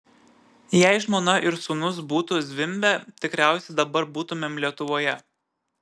jei žmona ir sūnus būtų zvimbę tikriausiai dabar būtumėm lietuvoje